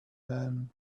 man